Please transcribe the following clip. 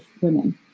women